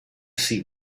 see